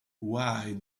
why